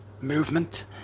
movement